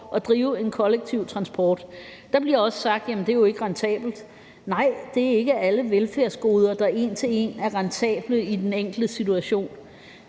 at drive en kollektiv transport. Der bliver også sagt: Jamen det er jo ikke rentabelt. Nej, det er ikke alle velfærdsgoder, der en til en er rentable i den enkelte situation,